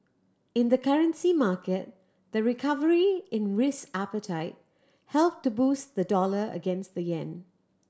in the currency market the recovery in risk appetite helped to boost the dollar against the yen